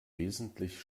wesentlich